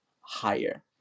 higher